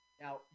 Now